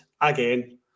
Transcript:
again